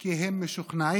כי הם משוכנעים